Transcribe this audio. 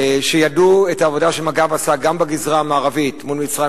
שידעו מה העבודה שמג"ב עשה גם בגזרה המערבית מול מצרים,